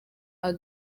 hotel